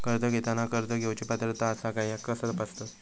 कर्ज घेताना कर्ज घेवची पात्रता आसा काय ह्या कसा तपासतात?